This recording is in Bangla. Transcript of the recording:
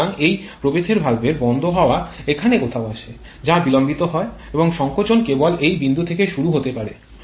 সুতরাং এই প্রবেশের ভালভের বন্ধ হওয়া এখানে কোথাও আসে যা বিলম্বিত হয় এবং সংকোচন কেবল এই বিন্দু থেকে শুরু হতে পারে